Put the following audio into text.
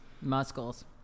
Muscles